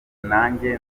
nanjye